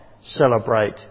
celebrate